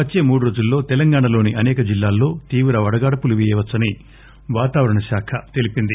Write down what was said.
వచ్చే మూడు రోజుల్లో తెలంగాణలోని అసేక జిల్లాల్లో తీవ్ర వడగాడ్పులు వీయవచ్చని వాతావరణశాఖ తెలిపింది